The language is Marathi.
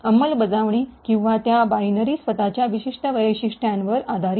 अंमलबजावणी किंवा त्या बायनरी स्वतःच्या विशिष्ट वैशिष्ट्यांवर आधारित